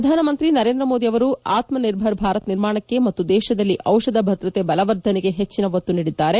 ಪ್ರಧಾನಮಂತ್ರಿ ನರೇಂದ್ರ ಮೋದಿ ಅವರು ಆತ್ಮ ನಿರ್ಭರ ಭಾರತ ನಿರ್ಮಾಣಕ್ಕೆ ಮತ್ತು ದೇಶದಲ್ಲಿ ಔಷಧ ಭದ್ರತೆ ಬಲವರ್ಧನೆಗೆ ಹೆಚ್ಚಿನ ಒತ್ತು ನೀಡಿದ್ದಾರೆ